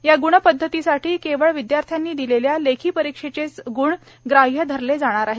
या ग्णपद्धतीसाठी केवळ विद्यार्थ्यांनी दिलेल्या लेखी परीक्षेचेच गुण ग्राह्य धरले जाणार आहेत